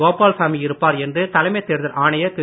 கோபாலசாமி இருப்பார் என்று தலைமைத் தேர்தல் ஆணையர் திரு